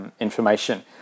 Information